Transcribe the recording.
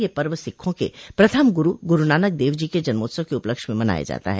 यह पर्व सिखों के प्रथम गुरु गुरुनानक देव जी के जन्मोत्सव के उपलक्ष्य में मनाया जाता है